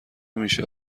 میشه